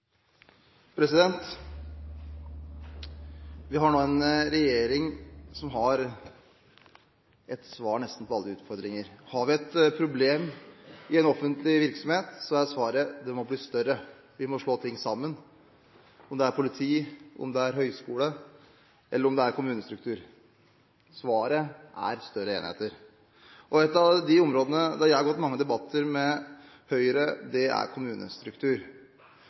har nå en regjering som har et svar på nesten alle utfordringer. Har vi et problem i en offentlig virksomhet, er svaret: Det må bli større, vi må slå ting sammen – om det er politi, om det er høyskole, eller om det er kommunestruktur. Svaret er større enheter. Et av de områdene der jeg har hatt mange debatter med Høyre, er når det gjelder kommunestruktur.